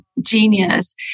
genius